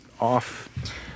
off